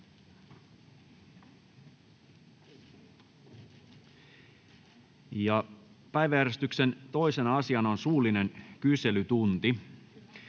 Päiväjärjestyksen 2. asiana on suullinen kyselytunti.